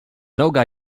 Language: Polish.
noga